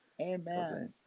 Amen